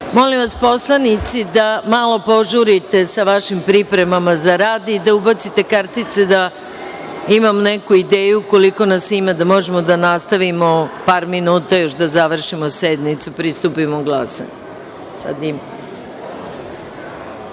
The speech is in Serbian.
Molim vas poslanici, da malo požurite sa vašim pripremama za rad i da ubacite kartice da imam neku ideju koliko nas ima, da možemo da nastavimo par minuta još da završimo sednicu, pristupimo